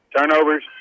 Turnovers